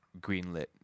greenlit